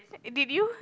did you